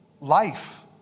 Life